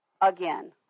again